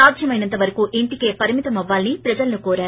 సాధ్యమైనంత వరకూ ఇంటికే పరమితిమవ్సాలని ప్రజలను కోరారు